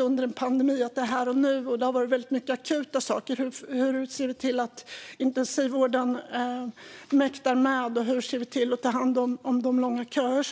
Under en pandemi blir det lätt här och nu som gäller, och mycket har varit akut, till exempel hur vi ser till att intensivvården mäktar med och hur vi tar hand om de långa köer